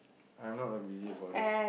I'm not a busybody